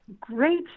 great